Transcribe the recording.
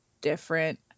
different